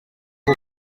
ngo